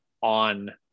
on